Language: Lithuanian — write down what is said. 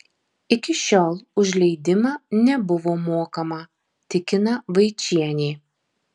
iki šiol už leidimą nebuvo mokama tikina vaičienė